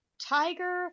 tiger